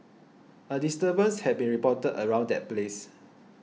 a disturbance had been reported around that place